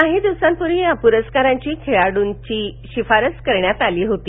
काही दिवसांपूर्वी या प्रस्कारांसाठी खेळाडूंची शिफारस करण्यात आली होती